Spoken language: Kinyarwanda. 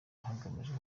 hagamijwe